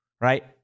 right